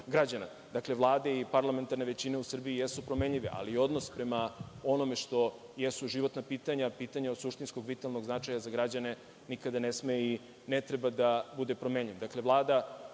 Vlade i parlamentarne većine u Srbiji jesu promenljive, ali odnos prema onome što jesu životna pitanja, pitanja od suštinskog i vitalnog značaja za građane nikada ne smeju i ne treba da bude promenljiv.